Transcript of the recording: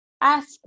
ask